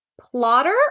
plotter